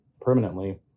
permanently